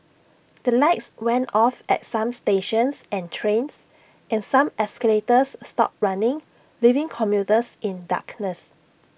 the lights went off at some stations and trains and some escalators stopped running leaving commuters in darkness